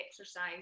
exercise